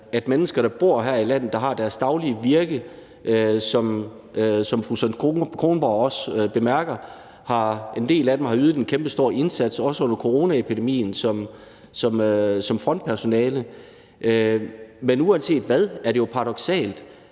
om mennesker, der bor her i landet og har deres daglige virke her. Som fru Susan Kronborg også bemærker, har en del af dem ydet en kæmpestor indsats, også under coronaepidemien som frontpersonale. Men uanset hvad er det jo paradoksalt